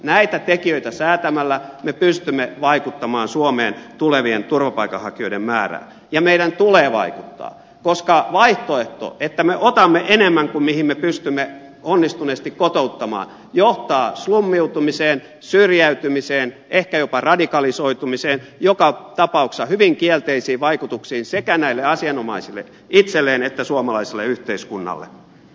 näitä tekijöitä säätämällä me pystymme vaikuttamaan suomeen tulevien turvapaikanhakijoiden määrään ja meidän tulee vaikuttaa koska se vaihtoehto että me otamme enemmän kuin mitä me pystymme onnistuneesti kotouttamaan johtaa slummiutumiseen syrjäytymiseen ehkä jopa radikalisoitumiseen joka tapauksessa hyvin kielteisiin vaikutuksiin sekä näille asianomaisille itselleen että suomalaiselle yhteiskunnalle